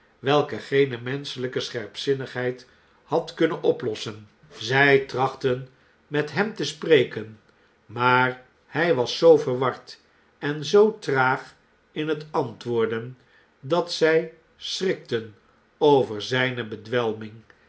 welke geene menschelijke scherpzinnigheid had kunnen oplossen zij trachtten met hem te spreken maar hij was zoo verward en zoo traag in het antwoorden dat zij schrikten over zijne bedwelming